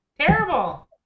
Terrible